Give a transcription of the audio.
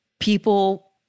People